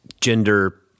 gender